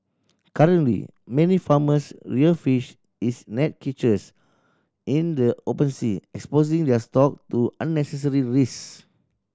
currently many farmers rear fish is net cages in the open sea exposing their stock to unnecessary risk